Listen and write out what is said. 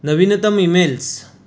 नवीनतम ईमेल्स